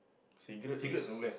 cigarette is